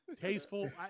tasteful